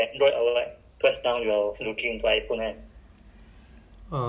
they gave me the free speaker what google home mini eh